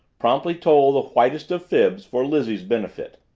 promptly told the whitest of fibs for lizzie's benefit.